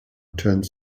turned